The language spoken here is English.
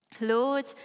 Lord